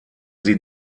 sie